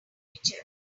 mitchell